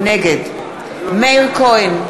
נגד מאיר כהן,